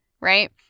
right